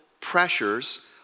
pressures